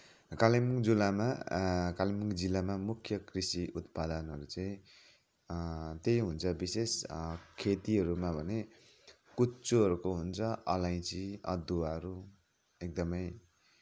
कालिम्पोङ जिल्लामा कालिम्पोङ जिल्लामा मुख्य कृषि उत्पादनहरू चाहिँ त्यही हुन्छ विशेष खेतीहरूमा भने कुच्चोहरूको हुन्छ अलैँची अदुवाहरू एकदमै